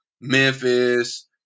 Memphis